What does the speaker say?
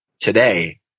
today